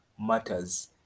matters